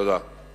תודה.